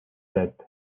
death